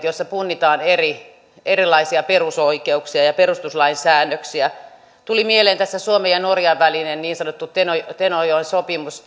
joissa punnitaan erilaisia perusoikeuksia ja perustuslain säännöksiä tuli mieleen tässä suomen ja norjan välinen niin sanottu tenojoen tenojoen sopimus